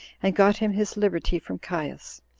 and got him his liberty from caius,